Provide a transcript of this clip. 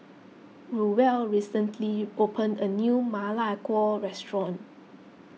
Ruel recently opened a new Ma Lai Gao restaurant